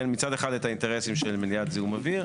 מצד אחד את האינטרסים של מניעת זיהום אוויר,